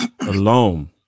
alone